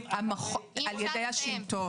ידי השלטון.